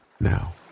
Now